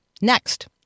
next